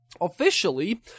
Officially